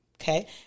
okay